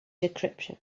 decryption